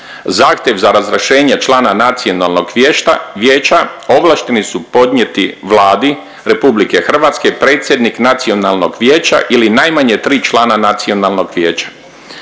Zahtjev za razrješenje člana nacionalnog vijeća ovlašteni su podnijeti Vladi RH predsjednik nacionalnog vijeća ili najmanje 3 člana nacionalnog vijeća.